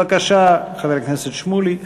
בבקשה, חבר הכנסת שמולי.